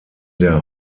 der